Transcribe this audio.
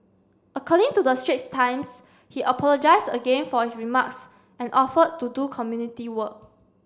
according to the Straits Times he apologised again for his remarks and offered to do community work